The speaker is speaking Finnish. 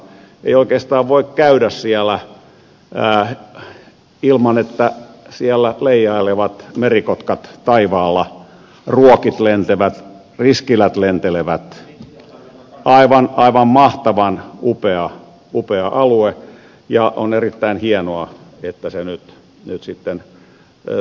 ei oikeastaan voi käydä siellä ilman että siellä leijailevat merikotkat taivaalla ruokit lentelevät riskilät lentelevät aivan mahtavan upea alue ja on erittäin hienoa että se nyt sitten suojellaan